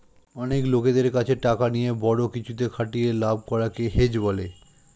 অনেক লোকদের কাছে টাকা নিয়ে বড়ো কিছুতে খাটিয়ে লাভ করা কে হেজ বলে